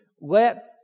let